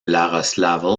iaroslavl